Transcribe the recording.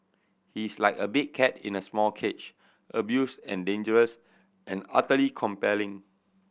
he's like a big cat in a small cage abused and dangerous and utterly compelling